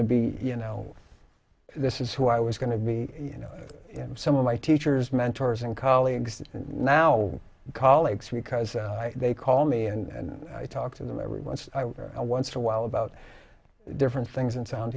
to be you know this is who i was going to be you know some of my teachers mentors and colleagues and now colleagues because they call me and i talk to them every once and once a while about different things and sound